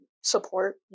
support